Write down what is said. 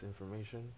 information